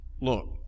look